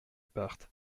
parte